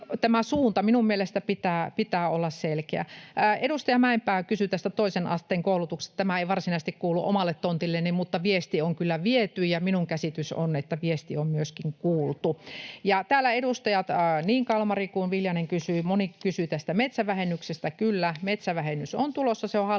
minun mielestäni pitää olla selkeä. Edustaja Mäenpää kysyi tästä toisen asteen koulutuksesta. Tämä ei varsinaisesti kuulu omalle tontilleni. Mutta viesti on kyllä viety, ja minun käsitykseni on, että viesti on myöskin kuultu. [Jenna Simula: Korjattu on!] Ja täällä niin edustaja Kalmari kuin Viljanen kysyi, moni kysyi, tästä metsävähennyksestä. Kyllä, metsävähennys on tulossa, se on hallitusohjelman